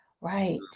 Right